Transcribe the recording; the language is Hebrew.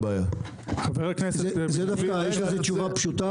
יש לזה תשובה פשוטה